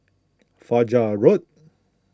Fajar Road